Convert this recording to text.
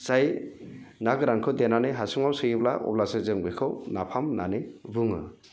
जाय ना गोरानखौ देनानै हासुङाव सोयोब्ला अब्लासो जों बेखौ नाफाम होननानै बुङो